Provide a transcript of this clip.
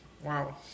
Wow